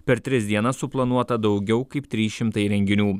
per tris dienas suplanuota daugiau kaip trys šimtai renginių